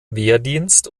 wehrdienst